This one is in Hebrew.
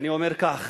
ואני אומר כך: